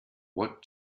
what